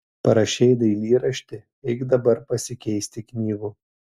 parašei dailyraštį eik dabar pasikeisti knygų